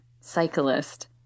cyclist